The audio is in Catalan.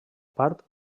part